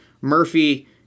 Murphy